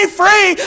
free